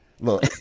Look